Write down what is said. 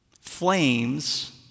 flames